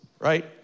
Right